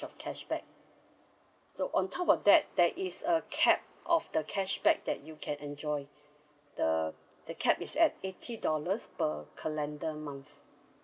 of cashback so on top of that there is a cap of the cashback that you can enjoy the the cap is at eighty dollars per calendar month